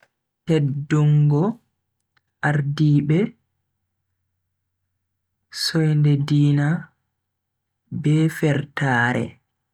Teddungo ardiibe, soinde diina, be fertaare.